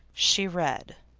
she read